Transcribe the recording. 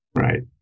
Right